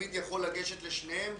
כשהתלמיד יכול לגשת לשניהם,